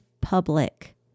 public